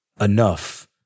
enough